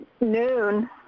noon